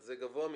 אז זה גבוה מידי.